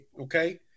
Okay